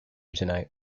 tonight